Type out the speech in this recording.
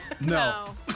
No